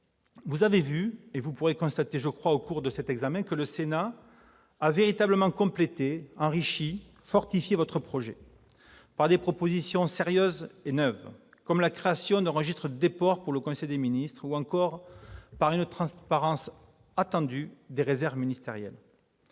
l'exemple. Vous pourrez le constater au cours de l'examen des articles, le Sénat a véritablement complété, enrichi et fortifié votre projet, par des propositions sérieuses et neuves comme la création d'un registre des déports pour le Conseil des ministres ou encore la transparence, attendue, des réserves ministérielles.